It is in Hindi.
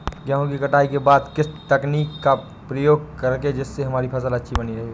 गेहूँ की कटाई के बाद किस तकनीक का उपयोग करें जिससे हमारी फसल अच्छी बनी रहे?